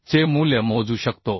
चे मूल्य मोजू शकतो